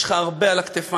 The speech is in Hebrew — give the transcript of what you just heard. יש לך הרבה על הכתפיים.